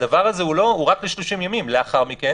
הדבר הזה הוא רק לשלושים ימים ולאחר מכן